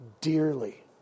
dearly